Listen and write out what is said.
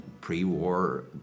pre-war